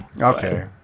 Okay